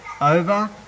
over